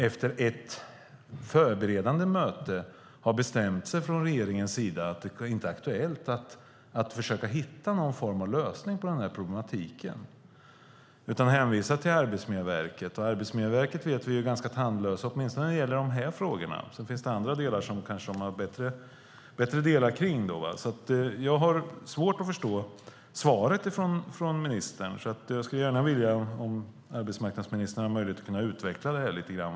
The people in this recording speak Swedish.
Efter ett förberedande möte har man från regeringen sida bestämt sig för att det inte är aktuellt att försöka hitta någon form av lösning på problematiken utan man hänvisar till Arbetsmiljöverket. Vi vet att Arbetsmiljöverket är ganska tandlöst, åtminstone när det gäller dessa frågor. Det finns andra delar där det kanske är bättre. Jag har svårt förstå svaret från ministern. Jag skulle gärna vilja, om arbetsmarknadsministern har möjlighet, att hon utvecklar det lite grann.